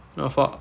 oh for